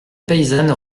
paysanne